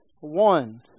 one